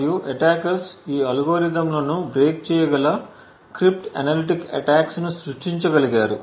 మరియు అటాకర్స్ ఈ అల్గోరిథంలను బ్రేక్ చేయగల క్రిప్ట్ అనలిటిక్ అటాక్స్ను సృష్టించగలిగారు